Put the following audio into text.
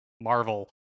Marvel